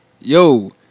yo